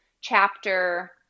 chapter